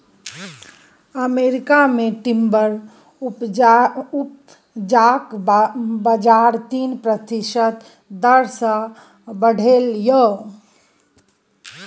America मे timber उपजाक बजार तीन प्रतिशत दर सँ बढ़लै यै